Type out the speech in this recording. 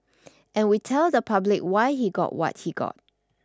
and we tell the public why he got what he got